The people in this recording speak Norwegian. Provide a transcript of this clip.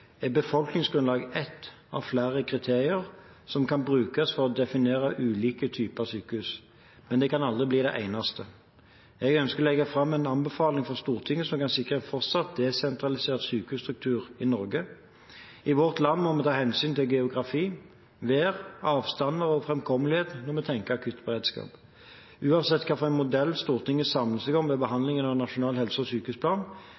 er befolkningsgrunnlaget ett av flere kriterier som kan brukes for å definere ulike typer sykehus. Men det kan aldri bli det eneste. Jeg ønsker å legge fram en anbefaling for Stortinget som kan sikre en fortsatt desentralisert sykehusstruktur i Norge. I vårt land må vi ta hensyn til geografi, vær, avstander og framkommelighet når vi tenker akuttberedskap. Uansett hvilken modell Stortinget samler seg om ved behandlingen av den nasjonale helse- og